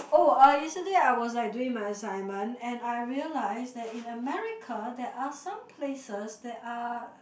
oh uh yesterday I was like doing my assignment and I realize that in America there are some places that are